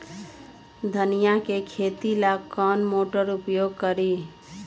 धनिया के खेती ला कौन मोटर उपयोग करी?